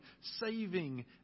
saving